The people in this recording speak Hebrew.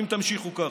אם תמשיכו ככה.